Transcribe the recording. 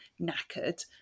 knackered